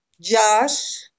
Josh